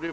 Detta